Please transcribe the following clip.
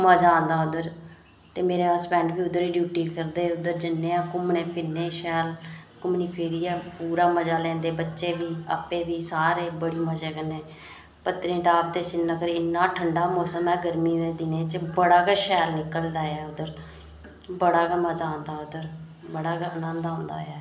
मज़ा आंदा उद्धर ते मेरे हसबैंड बी उद्धर ई ड्यूटी करदे उद्धर जन्ने आं घुम्मने फिरने गी शैल घुम्मी फिरियै पूरा मज़े लैंदे बच्चे बी आपें सारे बड़ी मज़ा कन्नै पत्तनीटाप ते सिरीनगर इन्ना ठंडा मौसम ऐ गरमी दे दिनें च बड़ा गै शैल निकलदा उद्धर बड़ा गै मज़ा आंदा उद्धर बड़ा गै मज़ा आंदा ऐ